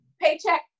paycheck